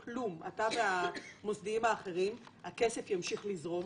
כלום, אתה והמוסדיים האחרים, הכסף ימשיך לזרום.